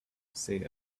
said